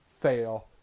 fail